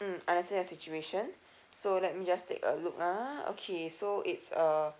mm understand your situation so let me just take a look ah okay so it's uh